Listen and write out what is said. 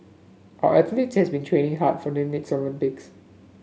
our athletes have been training hard for the next Olympics